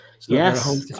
yes